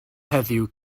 heddiw